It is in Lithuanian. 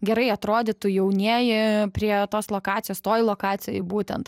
gerai atrodytų jaunieji prie tos lokacijos toj lokacijoj būtent